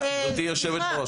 גברתי היו"ר.